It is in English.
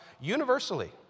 universally